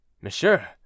Monsieur